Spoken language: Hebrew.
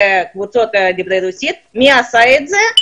בקבוצות דוברי רוסית ולברר מי עשה את זה.